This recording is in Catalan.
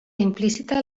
implícita